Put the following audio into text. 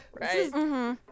right